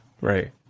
Right